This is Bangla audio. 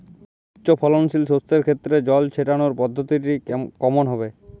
উচ্চফলনশীল শস্যের ক্ষেত্রে জল ছেটানোর পদ্ধতিটি কমন হবে?